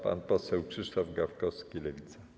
Pan poseł Krzysztof Gawkowski, Lewica.